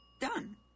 done